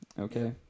Okay